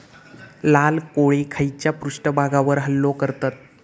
लाल कोळी खैच्या पृष्ठभागावर हल्लो करतत?